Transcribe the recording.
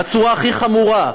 בצורה הכי חמורה,